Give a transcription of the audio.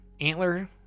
antler